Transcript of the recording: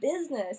business